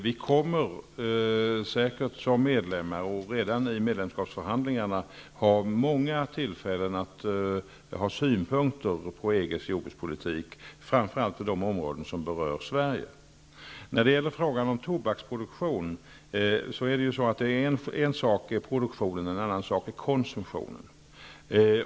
Vi kommer säkert som medlemmar, och redan i medlemskapsförhandlingarna, att få många tillfällen att ha synpunkter på EG:s jordbrukspolitik, framför allt på de områden som berör Sverige. När det gäller frågan om tobaken, är produktionen en sak och konsumtionen en annan.